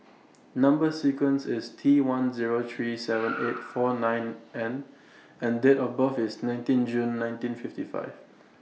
Number sequence IS T one Zero three seven eight four nine N and Date of birth IS nineteen June nineteen fifty five